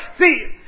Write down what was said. see